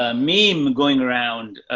ah meme going around, ah,